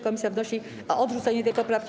Komisja wnosi o odrzucenie tej poprawki.